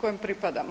kojem pripadamo.